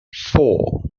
four